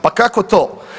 Pa kako to?